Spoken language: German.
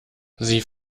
sie